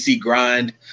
grind